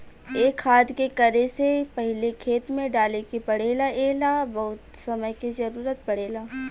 ए खाद के खेती करे से पहिले खेत में डाले के पड़ेला ए ला बहुत समय के जरूरत पड़ेला